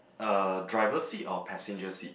uh driver seat or passenger seat